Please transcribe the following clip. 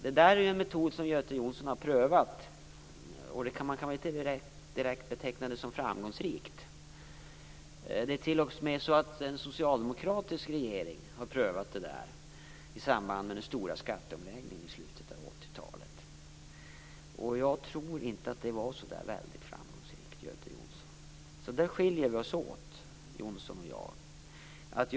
Det är ju en metod som Göte Jonsson har prövat. Men man kan väl inte direkt beteckna den som framgångsrik. Det är t.o.m. så att en socialdemokratisk regering har prövat det i samband med den stora skatteomläggningen i slutet av 80-talet, och jag tror inte att det var så där väldigt framgångsrikt, Göte Jonsson. Så där skiljer vi oss åt, Jonsson och jag.